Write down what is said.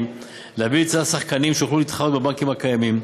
ולהביא ליצירת שחקנים שיוכלו להתחרות בבנקים הקיימים.